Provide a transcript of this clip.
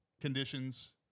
conditions